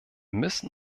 müssen